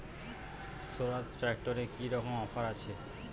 স্বরাজ ট্র্যাক্টরে কি রকম অফার আছে?